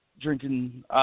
drinking –